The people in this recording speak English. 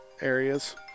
areas